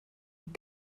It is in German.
und